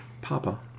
Papa